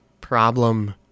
problem